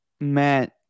Matt